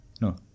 No